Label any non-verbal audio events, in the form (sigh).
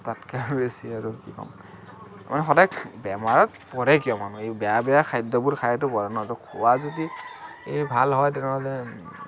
তাতকে আৰু বেছি আৰু কি কম (unintelligible) সদায় বেমাৰত পৰে কিয় মানুহ এই বেয়া বেয়া খাদ্যবোৰ খায়েতো পৰে ন ত' খোৱা যদি এই ভাল হয় তেনেহ'লে